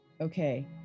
Okay